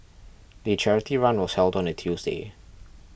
the charity run was held on a Tuesday